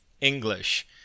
English